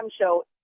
show